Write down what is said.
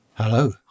Hello